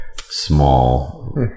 small